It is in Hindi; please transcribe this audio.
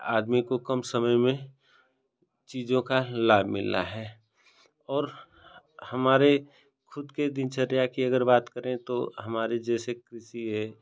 आदमी को कम समय में चीज़ों का लाभ मिल रहा है और हमारे ख़ुद के दिनचर्या की अगर बात करें तो हमारी जैसी कृषि है